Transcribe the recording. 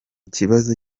kibazo